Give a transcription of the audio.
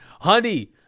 Honey